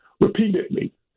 repeatedly